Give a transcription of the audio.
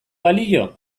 balio